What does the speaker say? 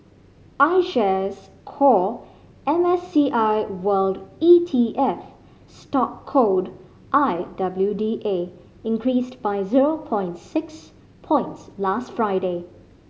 iShares Core M S C I World E T F stock code I W D A increased by zero point six points last Friday